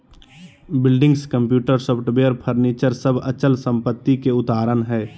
buildings, computer, software, furniture सब अचल संपत्ति के उदाहरण हय